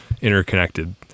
interconnected